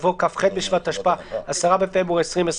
יבוא "כ"ח בשבט התשפ"א (10 בפברואר 2021)";